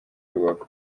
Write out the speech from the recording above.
rubavu